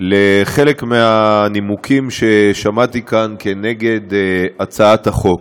חלק מהנימוקים ששמעתי כאן נגד הצעת החוק.